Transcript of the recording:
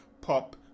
pop